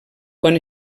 quan